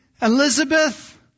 Elizabeth